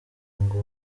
ngo